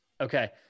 Okay